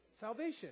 Salvation